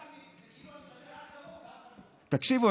תקשיבו,